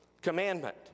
Commandment